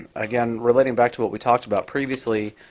again, relating back to what we talked about previously,